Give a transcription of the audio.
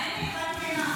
לא הייתה מדינה של יהודים.